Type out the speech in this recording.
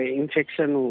infection